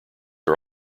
are